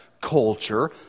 culture